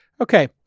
Okay